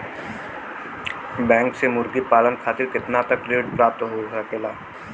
Bank से मुर्गी पालन खातिर कितना तक ऋण प्राप्त हो सकेला?